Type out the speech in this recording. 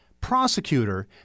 prosecutor